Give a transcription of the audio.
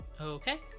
okay